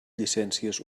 llicències